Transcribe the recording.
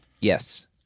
Yes